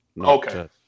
Okay